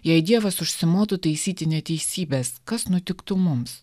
jei dievas užsimotų taisyti neteisybes kas nutiktų mums